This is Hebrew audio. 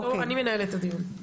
אני מנהלת את הדיון.